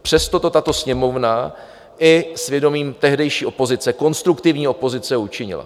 Přesto to tato Sněmovna i s vědomím tehdejší opozice, konstruktivní opozice, učinila.